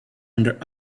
under